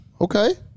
Okay